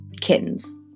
kittens